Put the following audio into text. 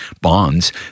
bonds